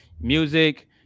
music